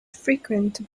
frequented